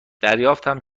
دریافتم